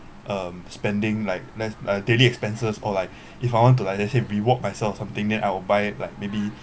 um spending like le~ uh daily expenses or like if I want to like let's say reward myself of something then I will buy like maybe